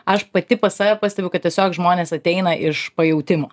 aš pati pas save pastebiu kad tiesiog žmonės ateina iš pajautimo